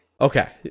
okay